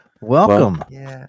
welcome